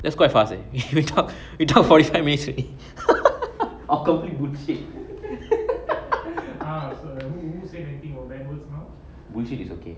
that's quite fast and you talk forty five minutes to accompany would are mammals bullshit it's okay